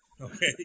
Okay